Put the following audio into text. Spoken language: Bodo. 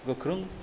गोख्रों